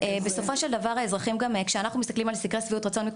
בסופו של דבר כשאנחנו מסתכלים על סקרי שביעות רצון של האזרחים